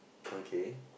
okay